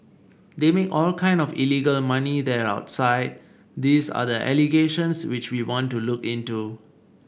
they make all kind of illegal money there outside these are the allegations which we want to look into